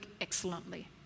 excellently